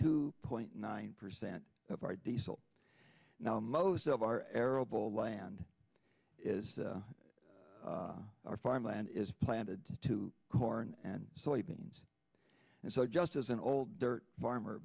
two point nine percent of our diesel now most of our arable land is our farmland is planted to corn and soybeans and so just as an old farmer